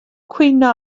cwyno